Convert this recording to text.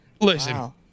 listen